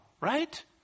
Right